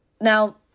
Now